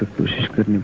to school.